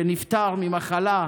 שנפטר ממחלה,